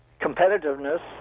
competitiveness